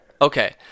Okay